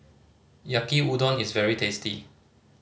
Yaki Udon is very tasty